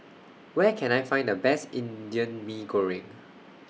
Where Can I Find The Best Indian Mee Goreng